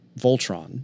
Voltron